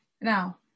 now